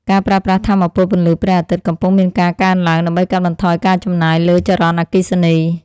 ការប្រើប្រាស់ថាមពលពន្លឺព្រះអាទិត្យកំពុងមានការកើនឡើង ដើម្បីកាត់បន្ថយការចំណាយលើចរន្តអគ្គិសនី។